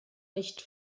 nicht